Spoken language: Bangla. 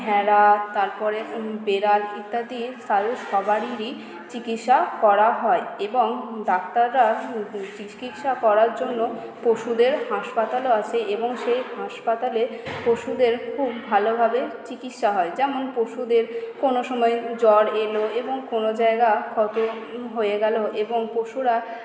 ভেড়া তারপরে বিড়াল ইত্যাদির প্ৰায় সবারই চিকিৎসা করা হয় এবং ডাক্তাররা চিকিৎসা করার জন্য পশুদের হাসপাতালও আছে এবং সেই হাসপাতালে পশুদের খুব ভালোভাবে চিকিৎসা হয় যেমন পশুদের কোনো সময়ে জ্বর এল এবং কোনো জায়গায় ক্ষত হয়ে গেল এবং পশুরা